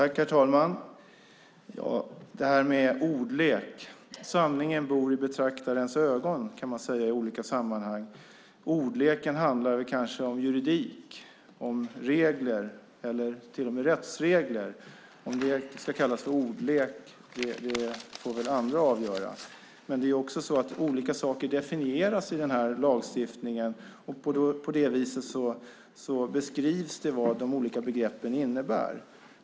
Herr talman! Man brukar i olika sammanhang säga att sanningen bor i betraktarens öga. Ordleken handlar kanske om juridik, om regler eller till och med om rättsregler. Om det ska kallas för ordlek får väl andra avgöra, men det är också så att olika saker definieras i den här lagstiftningen, och på det viset beskrivs det vad de olika begreppen innebär.